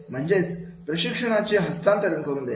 म्हणजेच प्रशिक्षणाचे हस्तांतरण करून देणे